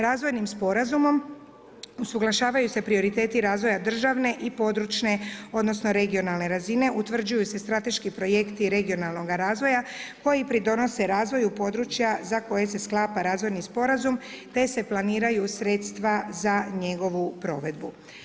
Razvojnim sporazumom usuglašavaju se prioriteti razvoja državne i područne, odnosno regionalne razine, utvrđuju se strateški projekti regionalnoga razvoja koji pridonose razvoju područja za koje se sklapa razvojni sporazum te se planiraju sredstva za njegovu provedbu.